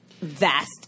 Vast